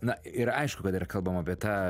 na ir aišku kad dar kalbam apie tą